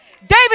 David